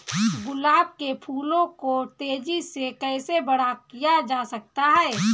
गुलाब के फूलों को तेजी से कैसे बड़ा किया जा सकता है?